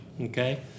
Okay